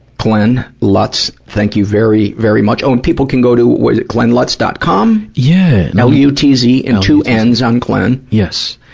glenn lutz, thank you very, very much. oh, and people can go to, what is it, glennlutz. com? yeah. l u t z and two and ns on glenn. yes.